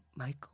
Michael